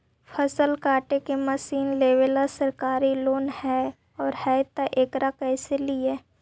फसल काटे के मशीन लेबेला सरकारी लोन हई और हई त एकरा कैसे लियै?